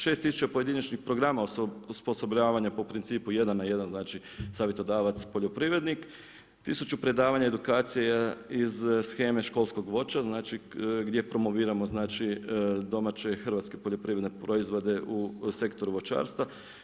6000 pojedinačnih programa osposobljavanja po principu 1 na 1 znači savjetodavac poljoprivrednik 1000 predavanja edukacija iz sheme školskog voća, gdje promoviramo znači domaće poljoprivredne proizvode u sektoru voćarstva.